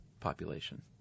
Population